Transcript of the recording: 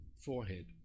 forehead